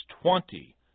twenty